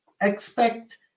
expect